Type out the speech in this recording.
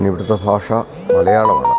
ഇനി ഇവിടുത്തെ ഭാഷ മലയാളമാണ്